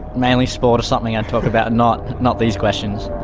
mainly sport or something, i'd talk about. not not these questions,